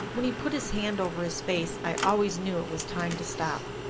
when he put his hand over his face i always knew it was time to stop.